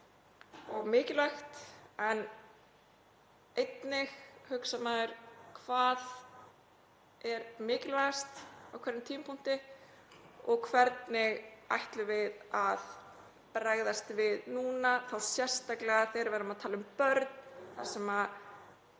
og mikilvægt. En einnig hugsar maður: Hvað er mikilvægast á hverjum tímapunkti og hvernig ætlum við að bregðast við núna? Það er sérstaklega mikilvægt þegar við erum að tala um börn þar sem